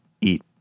eat